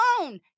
alone